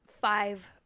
five